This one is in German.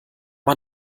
man